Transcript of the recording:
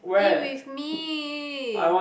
eat with me